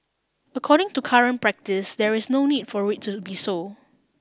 according to current practice there is no need for it to be so